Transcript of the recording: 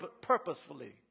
purposefully